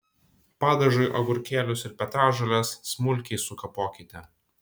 padažui agurkėlius ir petražoles smulkiai sukapokite